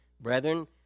Brethren